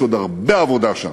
יש עוד הרבה עבודה שם,